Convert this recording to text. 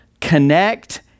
connect